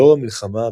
לאור המלחמה,